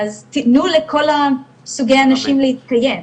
אז תתנו לכל סוגי האנשים להתקיים.